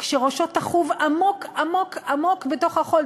כשראשו תחוב עמוק עמוק עמוק בתוך החול.